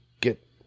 get